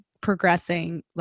progressing